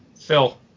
Phil